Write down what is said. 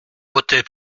voter